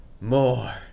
more